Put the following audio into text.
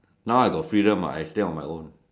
now I got freedom what I stay on my own